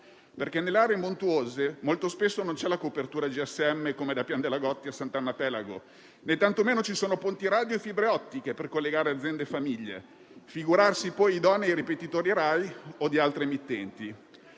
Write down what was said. perché nelle aree montuose molto spesso non c'è la copertura GSM, come da Piandelagotti a Sant'Annapelago, né tantomeno ci sono ponti radio e fibre ottiche per collegare aziende e famiglie; figurarsi poi idonei ripetitori Rai o di altre emittenti.